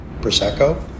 Prosecco